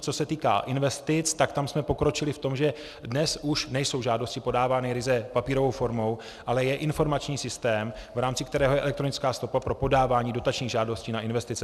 Co se týká investic, tak tam jsme pokročili v tom, že dnes už nejsou žádosti podávány ryze papírovou formou, ale je informační systém, v rámci kterého je elektronická stopa pro podávání dotačních žádostí na investice.